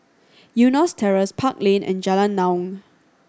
Eunos Terrace Park Lane and Jalan Naung